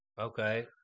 Okay